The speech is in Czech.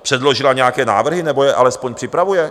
Předložila nějaké návrhy, nebo je alespoň připravuje?